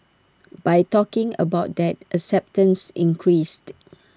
by talking about that acceptance increased